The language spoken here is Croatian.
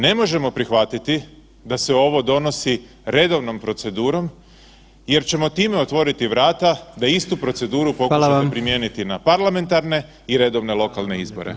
Ne možemo prihvatiti da se ovo donosi redovnom procedurom jer ćemo time otvoriti vrata da istu proceduru [[Upadica: Hvala vam.]] pokušate primijeniti na parlamentarne i redovne lokalne izbore.